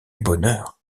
bonheur